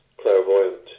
clairvoyant